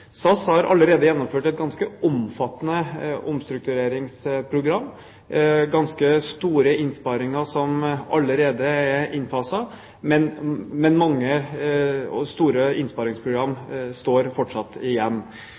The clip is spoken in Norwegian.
SAS har allerede gjennomført et ganske omfattende omstruktureringsprogram, ganske store innsparinger som allerede er innfaset, men mange og store innsparingsprogram står fortsatt igjen.